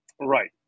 Right